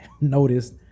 noticed